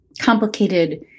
complicated